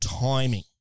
timing